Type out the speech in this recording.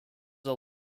are